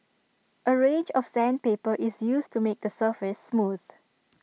A range of sandpaper is used to make the surface smooth